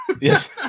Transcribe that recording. Yes